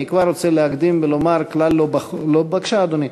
אני כבר רוצה להקדים ולומר שכלל לא, בבקשה, אדוני,